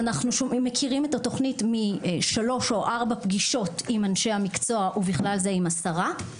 אבל זה מתחיל מזה שמדעי הרוח ואני יושב ראש ועדת מקצוע להיסטוריה בחינוך